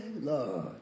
Lord